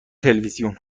تلویزیون